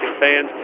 fans